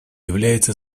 является